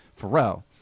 Pharrell